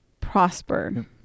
prospered